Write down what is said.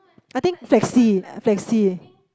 I think flexi flexi